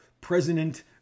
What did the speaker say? president